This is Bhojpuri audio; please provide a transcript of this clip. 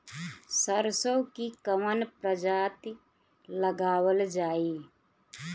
सरसो की कवन प्रजाति लगावल जाई?